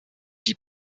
die